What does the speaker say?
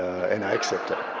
and i accepted.